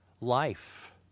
life